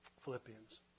Philippians